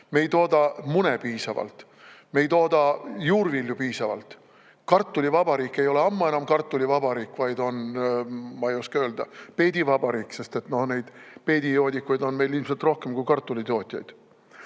Me ei tooda mune piisavalt, me ei tooda juurvilju piisavalt. Kartulivabariik ei ole ammu enam kartulivabariik, vaid on, ma ei oska öelda, peedivabariik, sest peedijoodikuid on meil ilmselt rohkem kui kartulitootjaid.